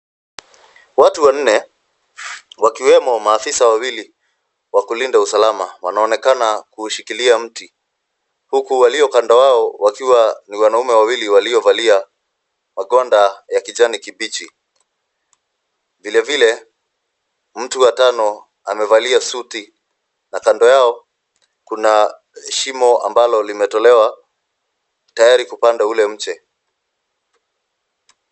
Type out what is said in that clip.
Watu wanne wakiwemo maafisa wawili wa kulinda usalama, wanaonekana kuushikilia mti, huku walio kando yao wakiwa ni wanaume wawili waliovalia magwanda ya kijani kibichi. Vile vile, mtu wa tano amevalia suti na kando yao kuna shimo ambalo limetolewa, tayari kupanda ule mche.